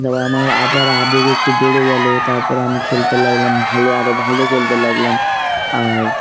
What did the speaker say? তারপর আমার আবার আবেগ একটু বেড়ে গেলো তারপরে আমি খেলতে লাগলাম ভালো আরও ভালো খেলতে লাগলাম আর